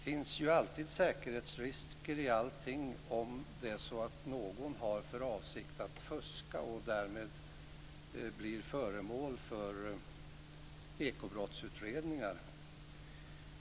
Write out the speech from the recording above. Fru talman! Det finns säkerhetsrisker i allting om det är så att någon har för avsikt att fuska och därmed blir föremål för ekobrottsutredningar.